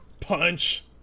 Punch